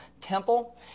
temple